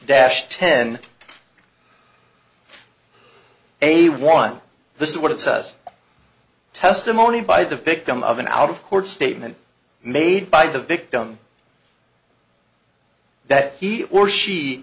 dash ten a one this is what it says testimony by the victim of an out of court statement made by the victim that he or she